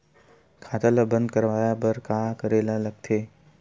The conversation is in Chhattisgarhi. खाता ला बंद करवाय बार का करे ला लगथे?